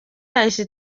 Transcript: yahise